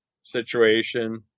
situation